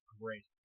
great